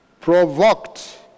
provoked